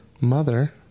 Mother